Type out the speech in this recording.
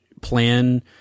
plan